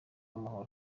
amahoro